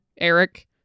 eric